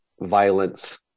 violence